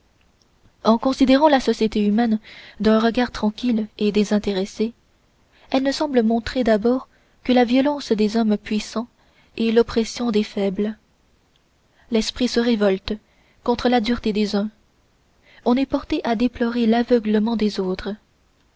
en considérant la société humaine d'un regard tranquille et désintéressé elle ne semble montrer d'abord que la violence des hommes puissants et l'oppression des faibles l'esprit se révolte contre la dureté des uns on est porté à déplorer l'aveuglement des autres